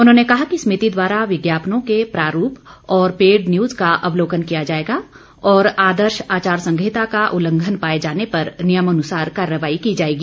उन्होंने कहा कि समिति द्वारा विज्ञापनों के प्रारूप व पेड न्यूज का अवलोकन किया जाएगा और आदर्श आचार संहिता का उल्लंघन पाए जाने पर नियमानुसार कार्रवाई की जाएगी